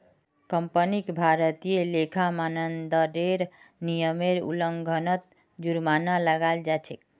कंपनीक भारतीय लेखा मानदंडेर नियमेर उल्लंघनत जुर्माना लगाल जा तेक